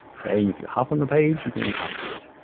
okay? if you're half on the page, you can only half see it,